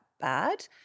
bad